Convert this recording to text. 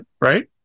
right